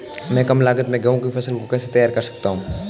मैं कम लागत में गेहूँ की फसल को कैसे तैयार कर सकता हूँ?